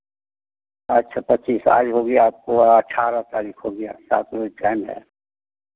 अच्छा पचीस आज हो गया आपको अठारह तारीख हो गया साथ में है